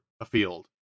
afield